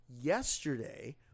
yesterday